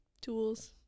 tools